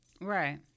right